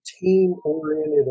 team-oriented